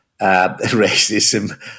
racism